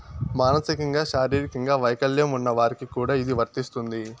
మానసికంగా శారీరకంగా వైకల్యం ఉన్న వారికి కూడా ఇది వర్తిస్తుంది